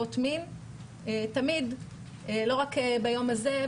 לעבירות מין תמיד, לא רק ביום הזה.